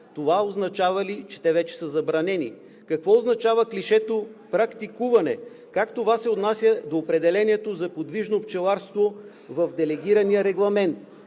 Това означава ли, че те вече са забранени? Какво означава клишето „практикуване“ и как това се отнася до определението за подвижно пчеларство в Делегирания регламент: